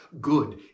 good